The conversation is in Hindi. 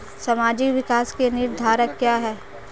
सामाजिक विकास के निर्धारक क्या है?